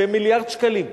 במיליארד שקלים.